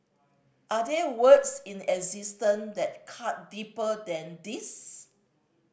are there words in existence that cut deeper than these